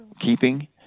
keeping